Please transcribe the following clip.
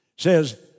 says